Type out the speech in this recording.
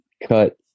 cut